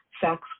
sex